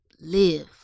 live